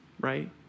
right